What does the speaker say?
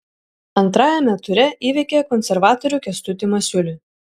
antrajame ture įveikė konservatorių kęstutį masiulį